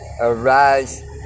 Arise